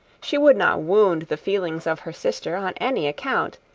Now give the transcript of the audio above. she would not wound the feelings of her sister on any account,